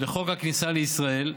לחוק הכניסה לישראל,